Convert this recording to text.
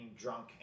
drunk